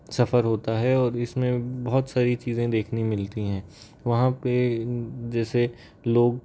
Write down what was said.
सफ़र होता है और इस में बहुत सारी चीज़ें देखने मिलती हैं वहाँ पर जैसे लोग